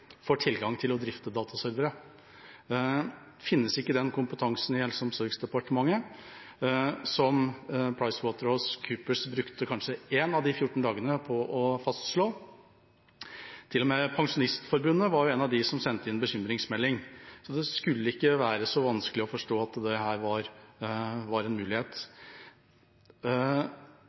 får tilgang til å drifte dataservere. Finnes ikke den kompetansen i Helse- og omsorgsdepartementet som PricewaterhouseCoopers brukte kanskje én av de 14 dagene på å fastslå? Til og med Pensjonistforbundet sendte inn bekymringsmelding. Det skulle ikke være så vanskelig å forstå at dette var en mulighet.